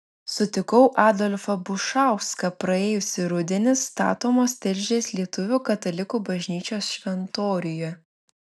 sutikau adolfą bušauską praėjusį rudenį statomos tilžės lietuvių katalikų bažnyčios šventoriuje